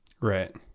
Right